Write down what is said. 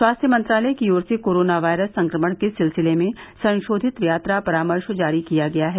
स्वास्थ्य मंत्रालय की ओर से कोरोना वायरस संक्रमण के सिलसिले में संशोधित यात्रा परामर्श जारी किया गया है